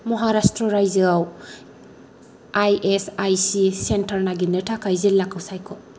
महाराष्ट्र रायजोआव ISIC centre नागिरनो थाखाय जिल्लाखौ सायख'